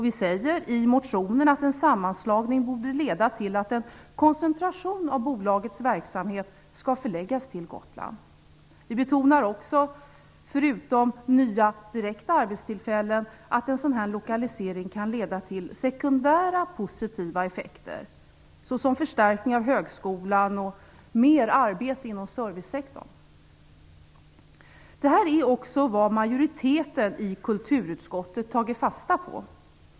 Vi säger i motionen att en sammanslagning borde leda till att en koncentration av bolagets verksamhet skall förläggas till Gotland. Vi betonar också att en sådan här lokalisering förutom att leda till nya direkta arbetstillfällen också kan leda till sekundära positiva effekter såsom förstärkning av högskolan och mer arbete inom servicesektorn. Det här är också vad majoriteten i kulturutskottet tagit fasta på.